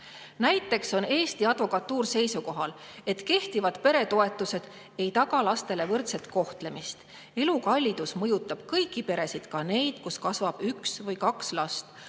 "Näiteks on Eesti Advokatuur seisukohal, et kehtivad peretoetused ei taga lastele võrdset kohtlemist. Elukallidus mõjutab kõiki peresid, ka neid, kus kasvab üks või kaks last.